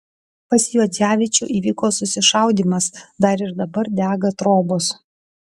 pas juodzevičių įvyko susišaudymas dar ir dabar dega trobos